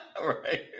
Right